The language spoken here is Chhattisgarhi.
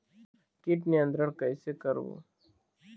कीट नियंत्रण कइसे करबो?